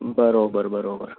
બરાબર બરાબર